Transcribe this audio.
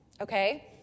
okay